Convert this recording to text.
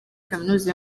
kaminuza